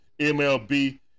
MLB